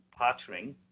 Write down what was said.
partnering